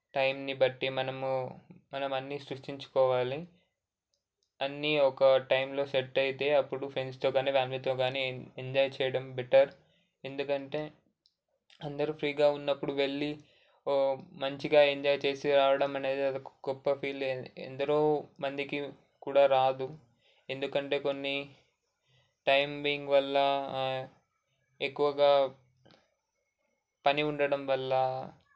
టైంని బట్టి మనము మనం అన్నీ సృష్టించుకోవాలి అన్నీ ఒక టైంలో సెట్ అయితే అప్పుడు ఫెండ్స్తో కానీ ఫ్యామిలీతో కానీ ఎం ఎంజాయ్ చేయడం బెటర్ ఎందుకంటే అందరూ ఫ్రీగా ఉన్నప్పుడు వెళ్ళి మంచిగా ఎంజాయ్ చేసి రావడం అనేది అది ఒక గొప్ప ఫీల్ ఎందరో మందికి కూడా రాదు ఎందుకంటే కొన్ని టైమింగ్ వల్ల ఎక్కువగా పని ఉండటం వల్ల